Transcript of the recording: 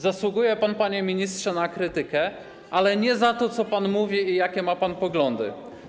Zasługuje pan, panie ministrze, na krytykę, ale nie za to, co pan mówi i jakie ma pan poglądy.